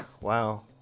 wow